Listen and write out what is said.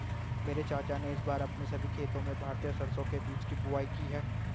मेरे चाचा ने इस बार अपने सभी खेतों में भारतीय सरसों के बीज की बुवाई की है